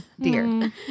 dear